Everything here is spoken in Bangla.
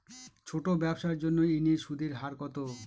ছোট ব্যবসার জন্য ঋণের সুদের হার কত?